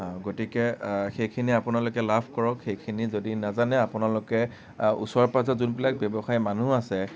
গতিকে সেইখিনি আপোনালোকে লাভ কৰক সেইখিনি যদি নাজানে আপোনালোকে ওচৰ পাজৰৰ যোনবিলাক ব্যৱসায়ী মানুহ আছে